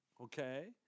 okay